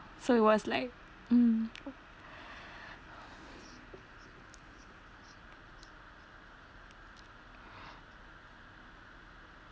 so it was like mm